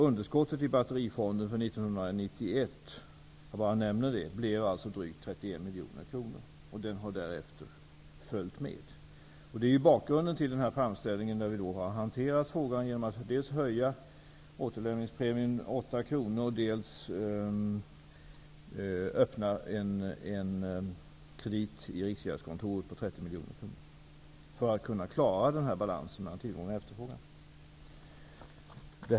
Underskottet i Batterifonden för 1991 blev alltså drygt 31 miljoner kronor, och det har sedan följt med. Det är bakgrunden till den framställning där vi har hanterat frågan genom att dels höja återlämningspremien med 8 kr, dels öppna en kredit i Riksgäldskontoret på 30 miljoner kronor för att kunna klara balansen mellan tillgång och efterfrågan.